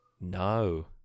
No